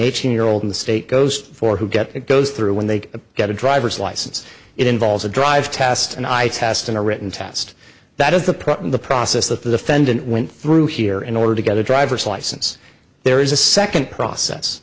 eighteen year old in the state goes for who gets it goes through when they get a driver's license it involves a drive test and eye test and a written test that is the problem the process that the defendant went through here in order to get a driver's license there is a second process